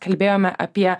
kalbėjome apie